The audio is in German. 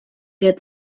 der